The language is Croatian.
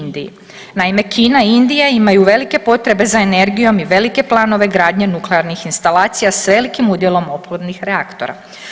Naime, Kina i Indija imaju velike potrebe za energijom i velike plane gradnje nuklearnih instalacija s velikom udjelom oplodnih reaktora.